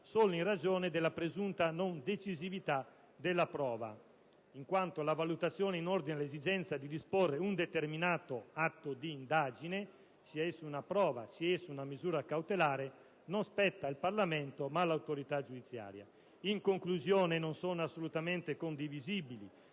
solo in ragione della presunta non decisività della prova, in quanto la valutazione in ordine all'esigenza di disporre un determinato atto di indagine (sia esso una prova, sia esso una misura cautelare) non spetta al Parlamento, ma all'autorità giudiziaria. In conclusione, non sono assolutamente condivisibili